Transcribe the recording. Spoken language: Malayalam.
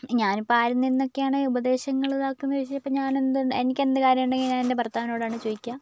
ഞാനിപ്പോൾ ആരിൽ നിന്നെക്കെയാണ് ഉപദേശങ്ങൾ ഇതാക്കുന്നതെന്ന് ചോദിച്ചാൽ ഇപ്പോൾ ഞാൻ എന്തിണ്ട് എനിക്കെന്ത് കാര്യമുണ്ടെങ്കിലും ഞാനെൻ്റെ ഭർത്താവിനോടാണ് ചോദിക്കുക